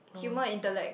humour intellect